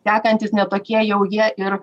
tekantys ne tokie jau jie ir